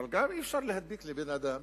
אבל גם אי-אפשר להדביק לבן-אדם